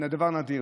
בבית הזה.